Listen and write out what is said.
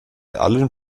allen